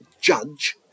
judge